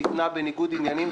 ניתנה בניגוד עניינים,